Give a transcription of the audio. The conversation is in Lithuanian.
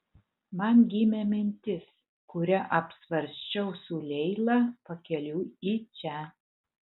man gimė mintis kurią apsvarsčiau su leila pakeliui į čia